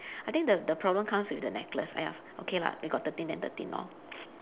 I think the the problem comes with the necklace !aiya! okay lah we got thirteen then thirteen lor